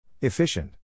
Efficient